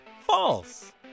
false